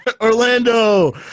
Orlando